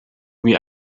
wie